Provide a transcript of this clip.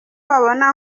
babona